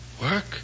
work